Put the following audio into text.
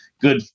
good